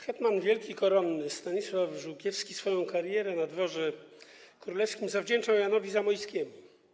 Hetman wielki koronny Stanisław Żółkiewski swoją karierę na dworze królewskim zawdzięczał Janowi Zamoyskiemu.